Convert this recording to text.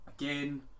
again